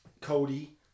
Cody